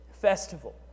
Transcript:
festival